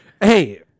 Hey